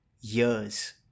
years